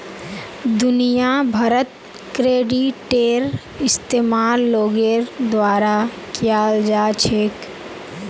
दुनिया भरत क्रेडिटेर इस्तेमाल लोगोर द्वारा कियाल जा छेक